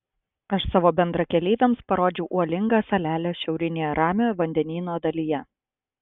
aš savo bendrakeleiviams parodžiau uolingą salelę šiaurinėje ramiojo vandenyno dalyje